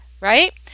right